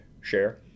share